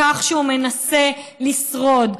בכך שהוא מנסה לשרוד,